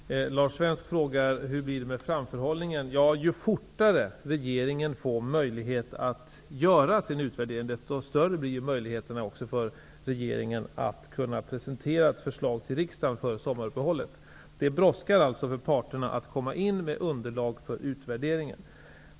Herr talman! Lars Svensk frågade hur det blir med framförhållningen. Ju fortare regeringen får möjlighet att göra sin utvärdering, desto större blir möjligheterna också för regeringen att presentera ett förslag till riksdagen före sommaruppehållet. Det brådskar alltså för parterna att komma in med underlag för utvärderingen.